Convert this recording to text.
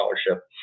scholarship